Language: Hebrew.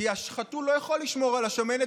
כי החתול לא יכול לשמור על השמנת,